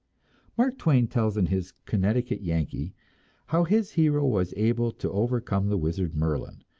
mark twain tells in his connecticut yankee how his hero was able to overcome the wizard merlin,